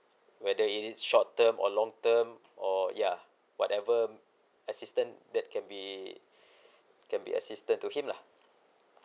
whether it is short term or long term or ya whatever assistant that can be can be assisted to him lah